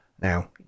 Now